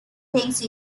things